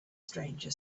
stranger